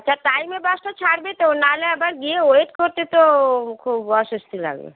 আচ্ছা টাইমে বাসটা ছাড়বে তো নহলে আবার গিয়ে ওয়েট করতে তো খুব অস্বস্তি লাগবে